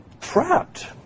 trapped